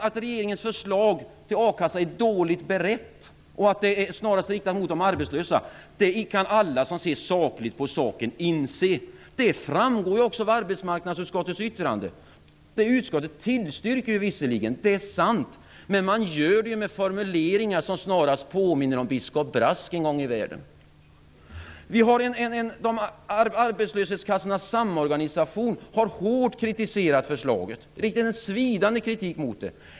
Att regeringens förslag till ändring av a-kassan är dåligt är berett och snarast riktat mot de arbetslösa kan alla som ser sakligt på frågan inse. Det framgår också av arbetsmarknadsutskottets yttrande. Utskottet tillstyrker visserligen förslaget - det är sant - men man gör det med formuleringar som snarast påminner om biskop Brask en gång i världen. Arbetslöshetskassornas samorganisation har hårt kritiserat förslaget och riktat en svidande kritik mot det.